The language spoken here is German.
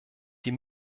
die